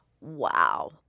Wow